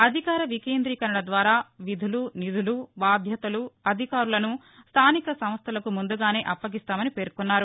అధికార వికేందీకరణ ద్వారా విధులు నిధులు బాధ్యతలు అధికారాలను స్టానిక సంస్టలకు ముందుగానే అప్పగిస్తామని పేర్కొన్నారు